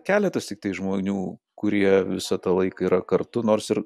keletas tiktai žmonių kurie visą tą laiką yra kartu nors ir